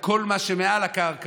ואת כל מה שמעל הקרקע